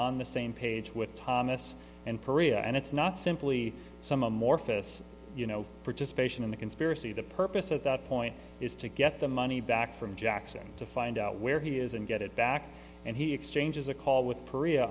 on the same page with thomas and perea and it's not simply some amorphous you know participation in the conspiracy the purpose at that point is to get the money back from jackson to find out where he is and get it back and he exchanges a call with perea